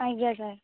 ଆଜ୍ଞା ସାର୍